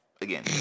again